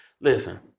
listen